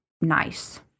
nice